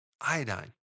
iodine